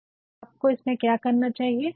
तो आपको इसमें क्या करना चाहिए